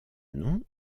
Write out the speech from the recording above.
nom